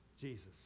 Jesus